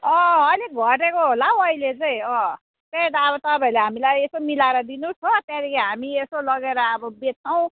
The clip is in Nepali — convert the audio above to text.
अलिक घटेको होला हौ अहिले चाहिँ त्यही त तपाईँहरूले हामीलाई यसो मिलाएर दिनुहोस् हो त्यहाँदेखि हामी यसो लगेर अब बेच्छौँ